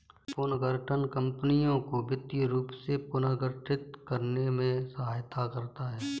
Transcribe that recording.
पुनर्गठन कंपनियों को वित्तीय रूप से पुनर्गठित करने में सहायता करता हैं